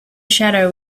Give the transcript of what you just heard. shadow